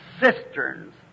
cisterns